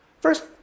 First